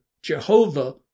Jehovah